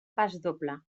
pasdoble